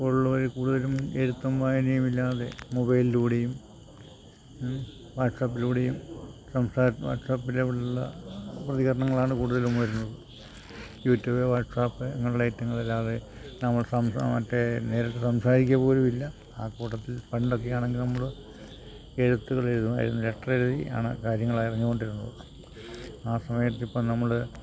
ഇപ്പോളുള്ളവര് കൂടുതലും എഴുത്തും വായനയുമില്ലാതെ മൊബൈലിലൂടെയും വാട്ട്സാപ്പിലൂടെയും സംസാര വാട്ട്സാപ്പിലുള്ള പ്രതികരണങ്ങളാണ് കൂടുതലും വരുന്നത് യു ട്യൂബ് വാട്ട്സപ്പ് അങ്ങനുള്ള ഐറ്റങ്ങളല്ലാതെ നമ്മള് മറ്റേ നേരിട്ട് സംസാരിക്കുക പോലുമില്ല ആ കൂട്ടത്തിൽ പണ്ടൊക്കെയാണെങ്കില് നമ്മള് എഴുത്തുകള് എഴുതും അതിന് ലെറ്ററെഴുതിയാണ് കാര്യങ്ങൾ അറിഞ്ഞുകൊണ്ടിരുന്നത് ആ സമയത്തിപ്പോള് നമ്മള്